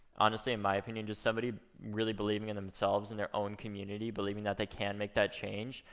honestly in my opinion, just somebody really believing in themselves and their own community, believing that they can make that change.